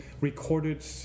recorded